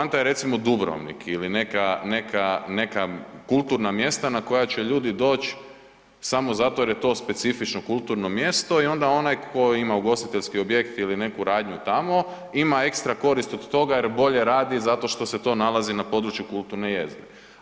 Poanta je, recimo, Dubrovnik ili neka, neka kulturna mjesta na koja će ljudi doći samo zato jer je to specifično kulturno mjesto i onda onaj tko ima ugostiteljski objekt ili neku radnju tamo ima ekstra korist od toga jer bolje radi zato što se to nalazi na području kulturne jezgre.